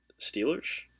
Steelers